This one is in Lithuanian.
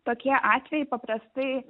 tokie atvejai paprastai